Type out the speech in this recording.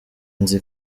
nzu